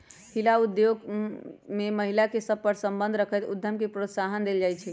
हिला उद्योग में महिला सभ सए संबंध रखैत उद्यम के प्रोत्साहन देल जाइ छइ